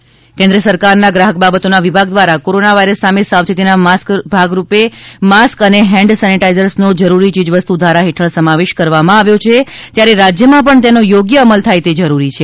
Remya Mohan corona virus કેન્દ્ર સરકારના ગ્રાહક બાબતોના વિભાગ દ્રારા કોરોના વાયરસ સામે સાવયેતીના ભાગરૂપે માસ્ક અને હેન્ડ સેનીટાઇઝરનો જરૂરી ચીજવસ્તુ ધારા હેઠળ સમાવેશ કરવામાં આવ્યો છે ત્યારે રાજ્યમાં પણ તેનો યોગ્ય અમલ થાય તે જરૂરી છે